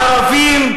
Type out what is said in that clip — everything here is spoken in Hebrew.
הערבים,